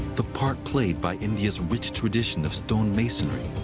the part played by india's rich tradition of stone masonry.